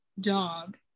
dog